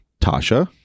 Tasha